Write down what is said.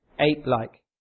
ape-like